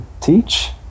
teach